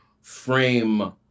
frame